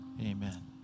Amen